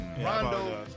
Rondo